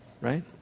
right